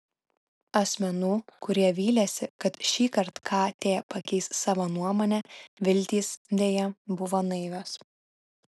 asmenų kurie vylėsi kad šįkart kt pakeis savo nuomonę viltys deja buvo naivios